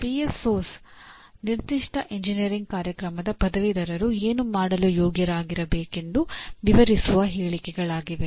ಪಿಎಸ್ಒಗಳು ನಿರ್ದಿಷ್ಟ ಎಂಜಿನಿಯರಿಂಗ್ ಕಾರ್ಯಕ್ರಮದ ಪದವೀಧರರು ಏನು ಮಾಡಲು ಯೋಗ್ಯರಾಗಿರಬೇಕೆಂದು ವಿವರಿಸುವ ಹೇಳಿಕೆಗಳಾಗಿವೆ